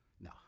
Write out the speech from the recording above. No